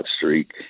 streak